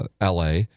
LA